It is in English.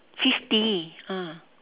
fifty ah